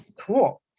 Cool